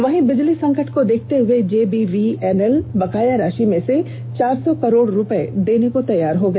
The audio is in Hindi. वहीं बिजली संकट को देखते हए जेबीवीएनएल बकाया राषि में से चार सौ करोड रूपये देने को तैयार हो गया